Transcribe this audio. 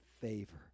favor